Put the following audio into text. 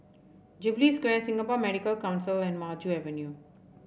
Jubilee Square Singapore Medical Council and Maju Avenue